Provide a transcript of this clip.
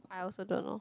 I also don't know